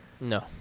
No